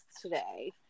today